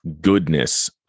goodness